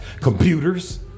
computers